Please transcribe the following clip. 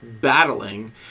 battling